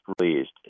released